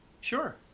Sure